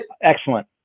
Excellent